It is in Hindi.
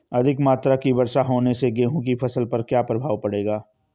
अधिक मात्रा की वर्षा होने से गेहूँ की फसल पर क्या प्रभाव पड़ेगा?